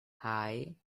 hei